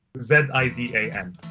Z-I-D-A-N